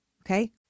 Okay